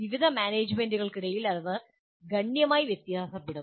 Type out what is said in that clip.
വിവിധ മാനേജ്മെൻറുകൾക്കിടയിൽ അത് ഗണ്യമായി വ്യത്യാസപ്പെടും